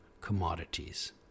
commodities